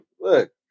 Look